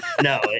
No